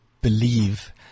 believe